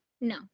No